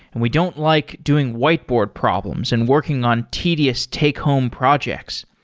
and we don't like doing whiteboard problems and working on tedious take home projects.